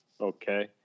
okay